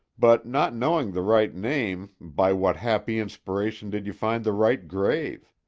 but not knowing the right name, by what happy inspiration did you find the right grave?